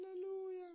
Hallelujah